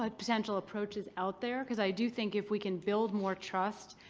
ah potential approaches out there, because i do think if we can build more trust,